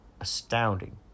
astounding